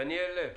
דניאל לב.